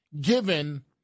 given